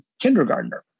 kindergartner